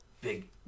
big